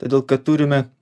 todėl kad turime